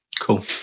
Cool